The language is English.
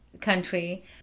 country